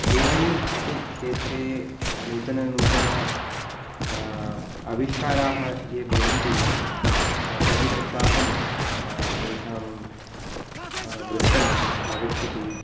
ए ऐ इति क्षेत्रे नूतन नूतन अविष्काराः ये भवन्ति प्रतिसप्ताहं तेषां वृत्तं आगच्छति